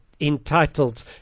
entitled